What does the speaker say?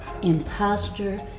imposter